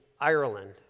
Ireland